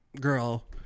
girl